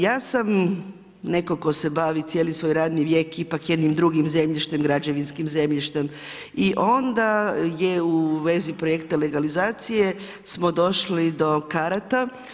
Ja sam netko tko se bavi cijeli svoj radni vijek, ipak jednim drugim zemljištem, građevinskim zemljištem i onda je u vezi projekta legalizacije smo došli do karata.